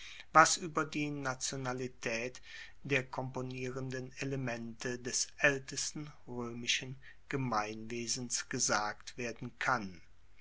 was ueber die nationalitaet der komponierenden elemente des aeltesten roemischen gemeinwesens gesagt werden kann